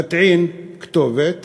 מטעין כתובת